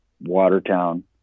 Watertown